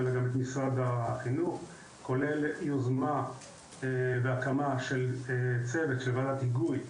אלא גם את משרד החינוך - כולל יוזמה בהקמה של צוות של ועדת היגוי,